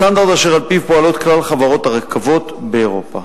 סטנדרד אשר על-פיו פועלות כלל חברות הרכבות באירופה.